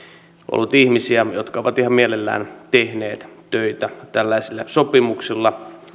ollut ihmisiä jotka ovat ihan mielellään tehneet töitä tällaisilla sopimuksilla